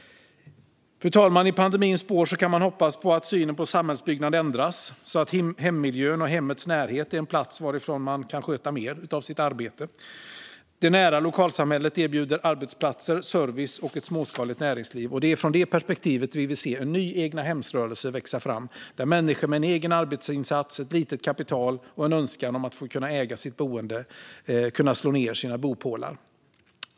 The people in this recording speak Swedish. Fru talman! I pandemins spår kan man hoppas att synen på samhällsbyggnad ändras så att hemmiljön och hemmets närhet är en plats varifrån man kan sköta mer av sitt arbete. Det nära lokalsamhället erbjuder arbetsplatser, service och ett småskaligt näringsliv. Det är från det perspektivet vi vill se en ny egnahemsrörelse växa fram, där människor med en egen arbetsinsats, ett litet kapital och en önskan att äga sitt boende kan slå ned sina bopålar.